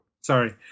Sorry